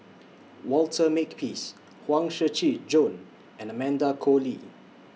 Walter Makepeace Huang Shiqi Joan and Amanda Koe Lee